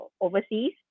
overseas